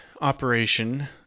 operation